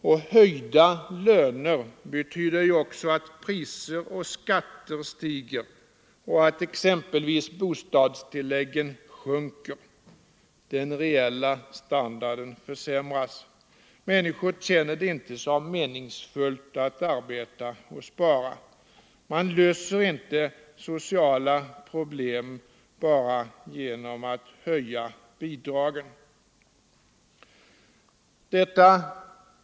Och höjda löner betyder ju också att priser och skatter stiger och att exempelvis bostadstillägget sjunker — den reella standarden försämras. Människor känner det inte som meningsfullt att arbeta och spara. Man löser inte sociala problem bara genom att höja bidragen!